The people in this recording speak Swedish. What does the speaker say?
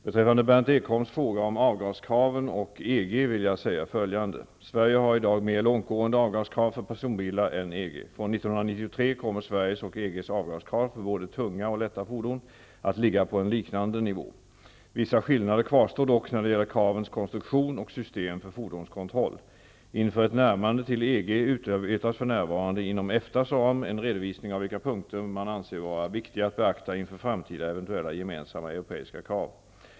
Beträffande Berndt Ekholms fråga om avgaskraven och EG vill jag säga följande. Sverige har i dag mer långtgående avgaskrav i fråga om personbilar än vad man har inom EG. Från 1993 kommer Sveriges och EG:s avgaskrav för både tunga och lätta fordon att ligga på liknande nivå. Vissa skillnader kvarstår dock när det gäller kravens konstruktion och system för fordonskontroll. Inför ett närmande till EG utarbetas för närvarande inom EFTA:s ram en redovisning av vilka punkter man anser vara viktiga att beakta inför framtida eventuella gemensamma europeiska krav.